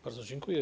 Bardzo dziękuję.